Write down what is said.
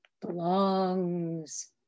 belongs